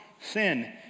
sin